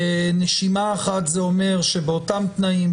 בנשימה אחת זה אומר שבאותם תנאים,